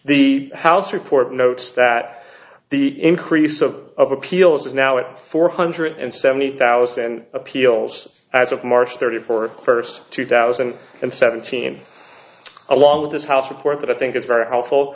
the house report notes that the increase of of appeals is now at four hundred and seventy thousand appeals as of march thirty four first two thousand and seventeen along with this house report that i think is very helpful